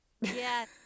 yes